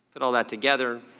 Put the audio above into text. that that together,